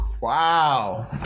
Wow